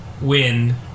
win